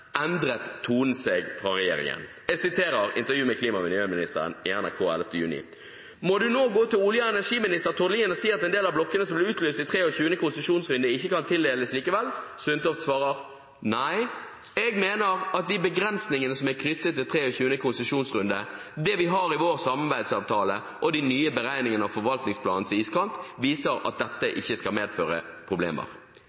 endret tonen seg fra regjeringen. Jeg siterer fra et intervju med klima- og miljøministeren i NRK 11. juni: «Må du nå gå til olje- og energiminister Tord Lien og si at en del av blokkene som ble utlyst i 23. konsesjonsrunde ikke kan tildeles likevel?» Sundtoft svarer: «Nei, jeg mener at de begrensningene som er knyttet til 23. konsesjonsrunde, det vi har i vår samarbeidsavtale og de nye beregningene av forvaltningsplanens iskant viser at dette ikke skal medføre problemer.»